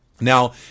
Now